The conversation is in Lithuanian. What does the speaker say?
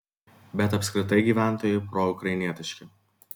bet apskritai gyventojai proukrainietiški